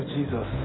Jesus